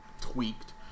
tweaked